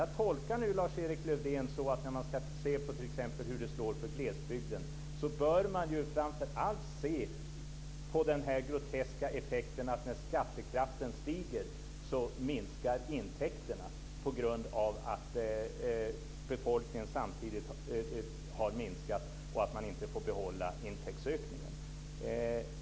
Jag tolkar nu Lars-Erik Lövdén så att när man ska se hur detta t.ex. slår för glesbygden så bör man framför allt se på den groteska effekten att när skattekraften stiger så minskar intäkterna på grund av att befolkningen samtidigt har minskat och att man inte får behålla intäktsökningen.